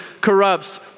corrupts